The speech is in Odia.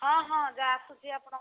ହଁ ହଁ ଆପଣ